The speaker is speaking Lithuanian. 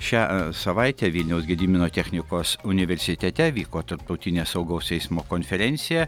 šią savaitę vilniaus gedimino technikos universitete vyko tarptautinė saugaus eismo konferencija